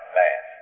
man